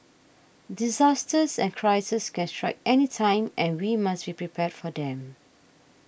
disasters and crises can strike anytime and we must be prepared for them